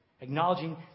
acknowledging